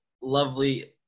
lovely